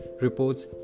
reports